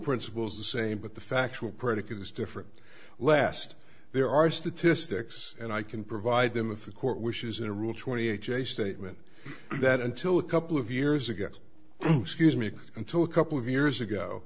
principles the same but the factual predicate is different lest there are statistics and i can provide them if the court wishes in a rule twenty eight j statement that until a couple of years ago excuse me until a couple of years ago